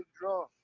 draw